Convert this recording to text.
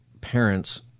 parents